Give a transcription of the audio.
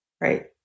right